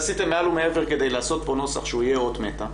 עשיתם מעל ומעבר כדי לעשות פה נוסח שיהיה אות מתה.